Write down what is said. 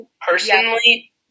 Personally